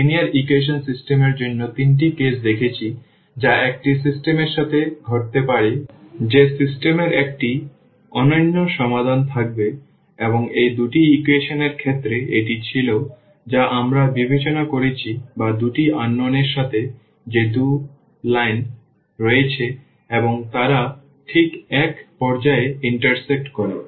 আমরা linear equation system এর জন্য 3 টি কেস দেখেছি যা একটি সিস্টেম এর সাথে ঘটতে পারে যে সিস্টেম এর একটি অনন্য সমাধান থাকবে এবং এই দুটি ইকুয়েশন এর ক্ষেত্রে এটি ছিল যা আমরা বিবেচনা করেছি বা দুটি অজানা এর সাথে যে 2 টি লাইন রয়েছে এবং তারা ঠিক এক পর্যায়ে ইন্টারসেক্ট করে